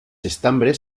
estambres